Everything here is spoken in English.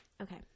okay